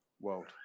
world